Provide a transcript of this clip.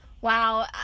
Wow